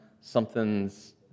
something's